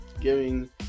giving